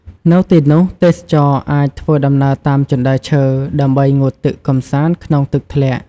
នៅទីនោះទេសចរអាចធ្វើដំណើរតាមជណ្តើរឈើ ដើម្បីងូតទឹកកម្សាន្តក្នុងទឹកធ្លាក់។